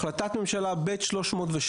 החלטת ממשלה ב/302,